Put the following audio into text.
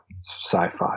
sci-fi